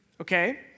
Okay